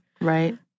Right